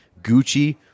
Gucci